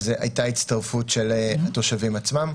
הייתה הצטרפות של התושבים עצמם.